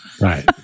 Right